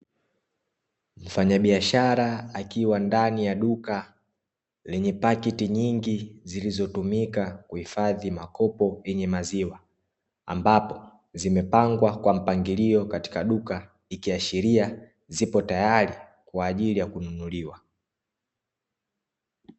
Mfanyabiashara akiwa ndani ya duka lenye pakiti nyingi zilizotumika kuhifadhi makopo yenye maziwa, ambapo zimepangwa kwa mpangilio katika duka ikiashiria zipo tayari kwa ajili ya kununuliwa.